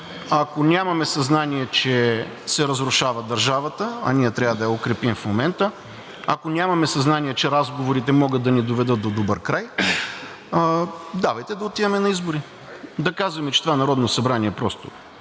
Ако нямаме съзнание, че се разрушава държавата, а ние трябва да я укрепим в момента, ако нямаме съзнание, че разговорите могат да ни доведат до добър край, давайте да отиваме на избори. Да кажем, че това Народно събрание просто